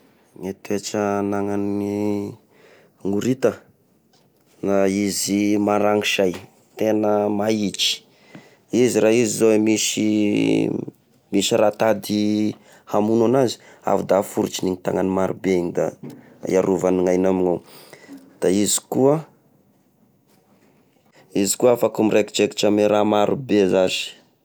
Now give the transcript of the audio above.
E toetra ananan'ny horita! Dia izy maraninsay, tena maitry, izy raha izy zao e misy raha tady amono anazy avy da aforotriny gne tagnany marobe igny da arovany gny ainy amignao, da izy koa, izy koa afaka miraikidraikitra ame raha maro be zasy.